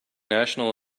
national